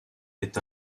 est